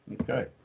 Okay